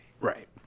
right